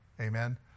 Amen